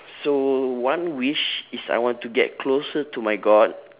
so one wish is I want to get closer to my god